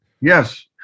Yes